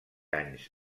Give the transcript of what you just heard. anys